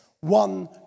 one